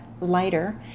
lighter